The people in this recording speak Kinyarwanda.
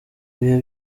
ibihe